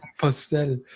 pastel